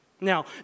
Now